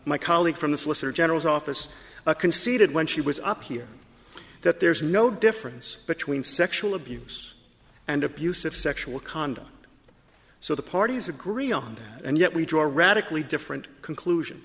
my colleague from the solicitor general's office conceded when she was up here that there is no difference between sexual abuse and abuse of sexual conduct so the parties agree on that and yet we draw radically different conclusion